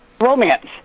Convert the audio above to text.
romance